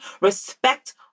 respect